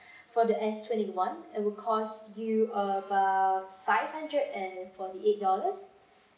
for the S twenty-one it will cost you about five hundred and forty-eight dollars